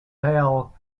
bail